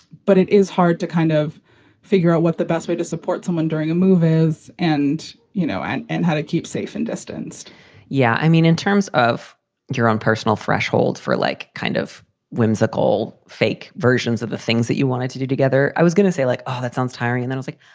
but it is hard to kind of figure out what the best way to support someone during a move is. and, you know, and and how to keep safe and distance yeah. i mean, in terms of your own personal threshold for like kind of whimsical fake versions of the things that you wanted to do together. i was going to say, like, oh, that sounds tiring. and then, like,